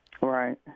Right